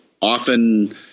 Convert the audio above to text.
often